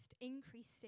increasing